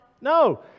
No